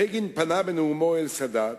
בגין פנה בנאומו אל סאדאת,